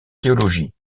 théologie